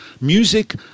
music